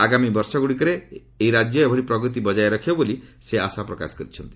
ଆଗାମୀ ବର୍ଷଗୁଡ଼ିକରେ ରାଜ୍ୟ ଏଭଳି ପ୍ରଗତି ବଜାୟ ରଖିବେ ବୋଲି ସେ ଆଶା ପ୍ରକାଶ କରିଛନ୍ତି